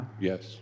Yes